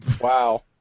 Wow